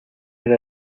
era